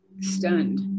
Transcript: stunned